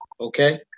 Okay